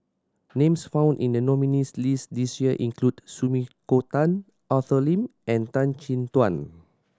names found in the nominees' list this year includs Sumiko Tan Arthur Lim and Tan Chin Tuan